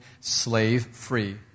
slave-free